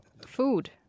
Food